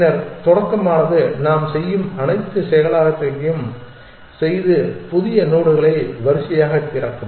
பின்னர் தொடக்கமானது நாம் செய்யும் அனைத்து செயலாக்கத்தையும் செய்து புதிய நோடுகளை வரிசையாக திறக்கும்